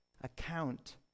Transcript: account